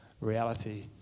reality